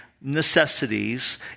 necessities